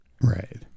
Right